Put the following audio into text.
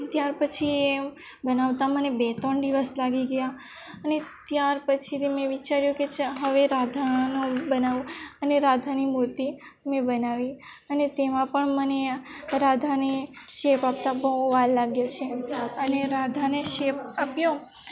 ત્યાર પછી એ બનાવતા મને બે ત્રણ દિવસ લાગી ગયા અને ત્યાર પછીથી મેં વિચાર્યું કે ચાલ હવે રાધાનો બનાવું અને રાધાની મૂર્તિ મેં બનાવી અને તેમાં પણ મને રાધાને શેપ આપતાં બહુ વાર લાગી છે અને રાધાને શેપ આપ્યો